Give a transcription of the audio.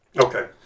Okay